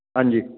ਹਾਂਜੀ